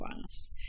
class